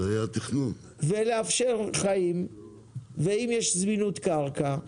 ולאפשר חיים ואם יש זמינות קרקע.